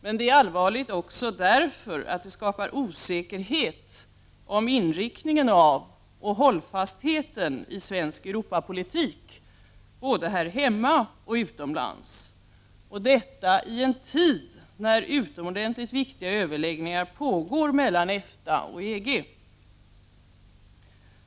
Men det är allvarligt också därför att det skapar osäkerhet om inriktningen av och hållfastheten i svensk Europapolitik både här hemma och utomlands, och detta i en tid när utomordentligt viktiga överläggningar pågår mellan EG och EFTA.